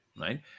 right